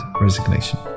Resignation